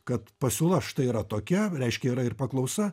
kad pasiūla štai yra tokia reiškia yra ir paklausa